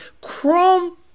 chrome